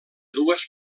dues